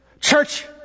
Church